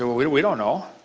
we don't we don't know.